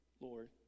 Lord